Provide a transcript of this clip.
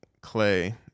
clay